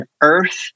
Earth